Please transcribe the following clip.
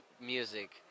music